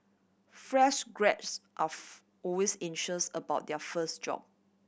fresh graduates are always anxious about their first job